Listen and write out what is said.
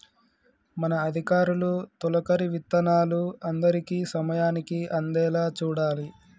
మన అధికారులు తొలకరి విత్తనాలు అందరికీ సమయానికి అందేలా చూడాలి